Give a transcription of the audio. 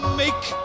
make